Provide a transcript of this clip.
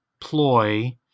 ploy